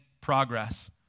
progress